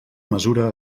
mesura